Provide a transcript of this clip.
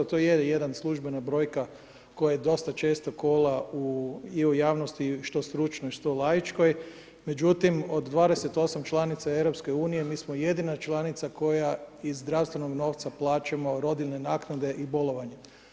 To je jedna službena brojka koja dosta često kola i u javnosti, što stručnoj, što laičkoj, međutim od 28 članica Europske unije, mi smo jedina članica koja iz zdravstvenog novca plaćamo rodiljne naknade i bolovanja.